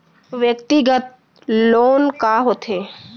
व्यक्तिगत लोन का होथे?